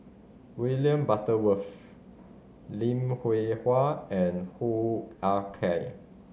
William Butterworth Lim Hwee Hua and Hoo Ah Kay